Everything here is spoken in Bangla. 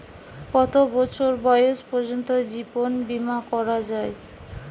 কত বছর বয়স পর্জন্ত জীবন বিমা করা য়ায়?